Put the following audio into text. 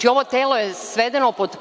tj. ovo telo je svedeno pod